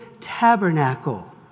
tabernacle